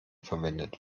verwendet